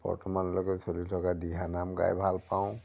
বৰ্তমানলৈকে চলি থকা দিহানাম গাই ভাল পাওঁ